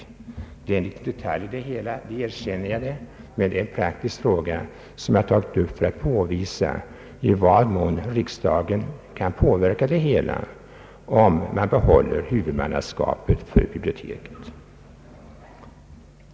Jag erkänner att detta är en detalj i det hela, men det är en praktisk fråga som jag har tagit upp för att visa att riksdagen kan påverka även sådana om man behåller huvudmannaskapet för biblioteket.